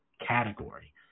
category